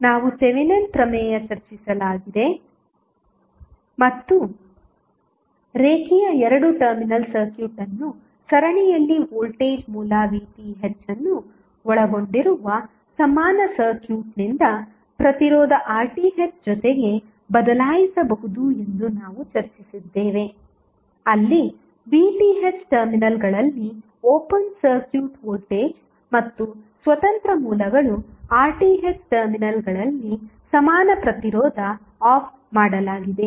ನಾವು ಥೆವೆನಿನ್ ಪ್ರಮೇಯ ಚರ್ಚಿಸಲಾಗಿದೆ ಮತ್ತು ರೇಖೀಯ ಎರಡು ಟರ್ಮಿನಲ್ ಸರ್ಕ್ಯೂಟ್ ಅನ್ನು ಸರಣಿಯಲ್ಲಿ ವೋಲ್ಟೇಜ್ ಮೂಲ VTh ಅನ್ನು ಒಳಗೊಂಡಿರುವ ಸಮಾನ ಸರ್ಕ್ಯೂಟ್ನಿಂದ ಪ್ರತಿರೋಧ RTh ಜೊತೆಗೆ ಬದಲಾಯಿಸಬಹುದು ಎಂದು ನಾವು ಚರ್ಚಿಸಿದ್ದೇವೆ ಅಲ್ಲಿ VTh ಟರ್ಮಿನಲ್ಗಳಲ್ಲಿ ಓಪನ್ ಸರ್ಕ್ಯೂಟ್ ವೋಲ್ಟೇಜ್ ಮತ್ತು ಸ್ವತಂತ್ರ ಮೂಲಗಳು RTh ಟರ್ಮಿನಲ್ಗಳಲ್ಲಿ ಸಮಾನ ಪ್ರತಿರೋಧ ಆಫ್ ಮಾಡಲಾಗಿದೆ